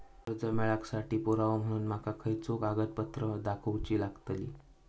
कर्जा मेळाक साठी पुरावो म्हणून माका खयचो कागदपत्र दाखवुची लागतली?